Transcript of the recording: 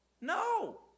No